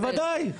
בוודאי.